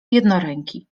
jednoręki